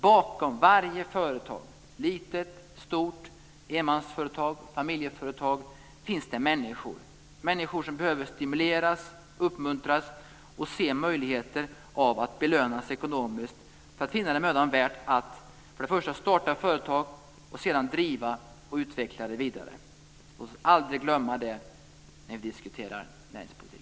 Bakom varje företag - litet, stort, enmansföretag, familjeföretag - finns det människor, människor som behöver stimuleras och uppmuntras och se möjligheter för att belönas ekonomiskt för att finna det mödan värt att för det första starta företag och för det andra driva och utveckla det vidare. Låt oss aldrig glömma det när vi diskuterar näringspolitik.